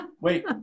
Wait